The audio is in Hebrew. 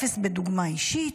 היא אפס בדוגמה אישית: